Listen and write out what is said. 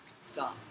start